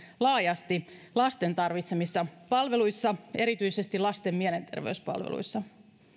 laajasti lasten tarvitsemissa palveluissa erityisesti lasten mielenterveyspalveluissa